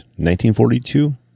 1942